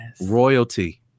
Royalty